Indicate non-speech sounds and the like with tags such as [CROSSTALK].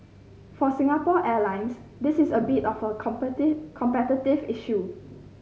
for Singapore Airlines this is a bit of a [UNINTELLIGIBLE] competitive issue